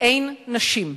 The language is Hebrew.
אין נשים.